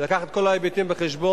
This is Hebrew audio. להביא את כל ההיבטים בחשבון,